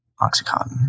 Oxycontin